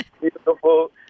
beautiful